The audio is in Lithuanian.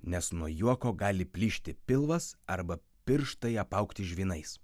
nes nuo juoko gali plyšti pilvas arba pirštai apaugti žvynais